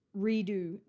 redo